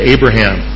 Abraham